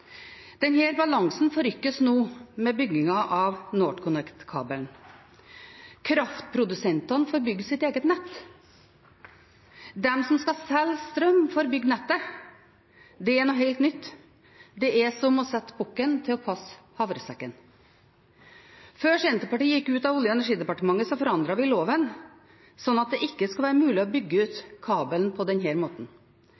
balansen forrykkes nå med byggingen av NorthConnect-kabelen. Kraftprodusentene får bygge sitt eget nett. De som skal selge strøm, får bygge nettet. Det er noe helt nytt. Det er som å sette bukken til å passe havresekken. Før Senterpartiet gikk ut av Olje- og energidepartementet, forandret vi loven slik at det ikke skulle være mulig å bygge ut